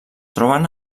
troben